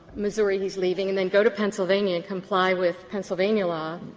missouri he is leaving and then go to pennsylvania and comply with pennsylvania law,